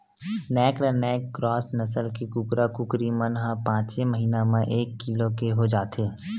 naked neck cross नसल के कुकरा, कुकरी मन ह पाँचे महिना म एक किलो के हो जाथे